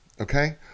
Okay